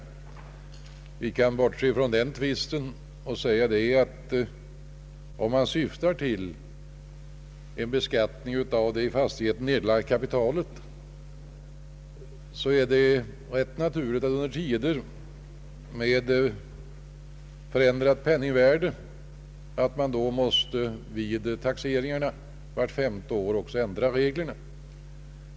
Men vi kan bortse från den tvisten och säga att om man syftar till en beskattning av det i fastigheten nedlagda kapitalet, så är det rätt naturligt att man i tider med förändrat penningvärde vid taxeringarna vart femte år också måste ändra reglerna.